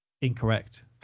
Incorrect